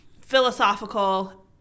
philosophical